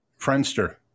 Friendster